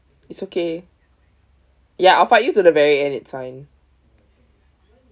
it's okay ya I'll fight you to the very end it's fine